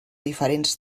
diferents